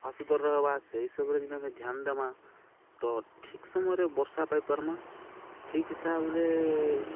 ସଫା ସୁୁତର୍ ରହେବା ସେଇ ହିସାବ୍ରେ ଯଦି ଆମେ ଧ୍ୟାନ୍ ଦେମା ତ ଠିକ୍ ସମୟରେ ବର୍ଷା ପାଇପାର୍ମା ଠିକ୍ ହିସାବ୍ରେ